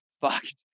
fucked